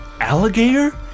Alligator